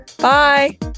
Bye